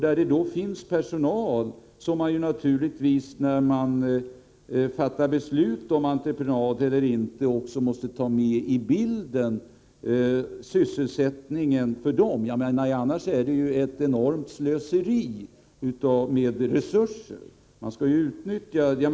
När man då fattar beslut om entreprenad eller inte måste man naturligtvis ta sysselsättningsaspekten med i bilden. Annars är det ju fråga om enormt slöseri med resurser.